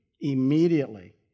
Immediately